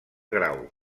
grau